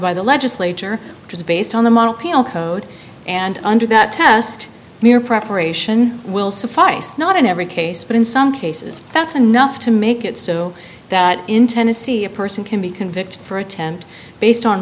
by the legislature which is based on the model penal code and under that test mere preparation will suffice not in every case but in some cases that's enough to make it so that in tennessee a person can be convicted for attempt based on